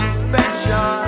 special